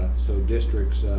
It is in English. so districts